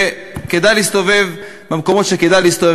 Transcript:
כדאי להסתובב במקומות שכדאי להסתובב,